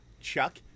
chuck